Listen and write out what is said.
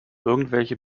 irgendwelche